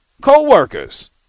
co-workers